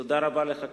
תודה רבה לך,